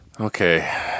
Okay